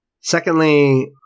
secondly